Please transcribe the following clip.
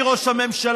אדוני ראש הממשלה,